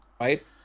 Right